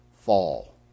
fall